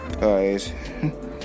guys